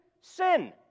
Sin